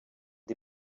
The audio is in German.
die